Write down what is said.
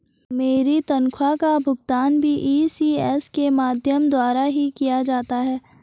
मेरी तनख्वाह का भुगतान भी इ.सी.एस के माध्यम द्वारा ही किया जाता है